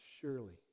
surely